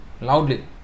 loudly